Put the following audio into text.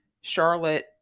Charlotte